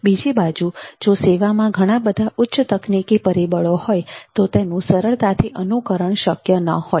બીજી બાજુ જો સેવામાં ઘણા બધા ઉચ્ચ તકનીકી પરિબળો હોય તો તેનું સરળતાથી અનુકરણ શક્ય ન હોય